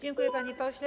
Dziękuję, panie pośle.